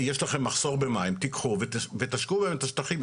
יש לכם מחסור במים, תיקחו ותשקו את השטחים.